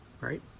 Right